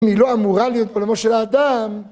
היא לא אמורה להיות עולמו של אדם